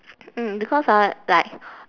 mm because ah like